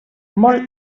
molt